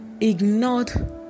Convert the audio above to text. ignored